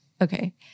okay